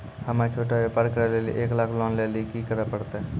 हम्मय छोटा व्यापार करे लेली एक लाख लोन लेली की करे परतै?